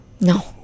No